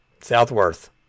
Southworth